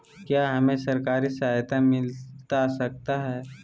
क्या हमे सरकारी सहायता मिलता सकता है?